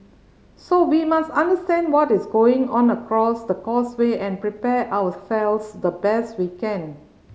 so we must understand what is going on across the causeway and prepare ourselves the best we can